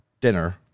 dinner